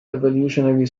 evolutionary